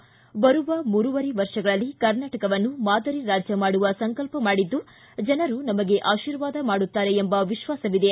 ಬರುವ ಮೂರೂವರೆ ವರ್ಷಗಳಲ್ಲಿ ಕರ್ನಾಟಕವನ್ನು ಮಾದರಿ ರಾಜ್ಯ ಮಾಡುವ ಸಂಕಲ್ಪ ಮಾಡಿದ್ದು ಜನರು ನಮಗೆ ಆಶೀರ್ವಾದ ಮಾಡುತ್ತಾರೆ ಎಂಬ ವಿಶ್ವಾಸವಿದೆ